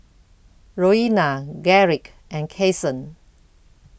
Roena Garrick and Kasen